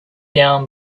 down